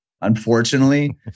unfortunately